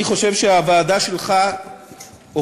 אני חושב שהוועדה שלך הוכיחה,